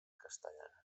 castellana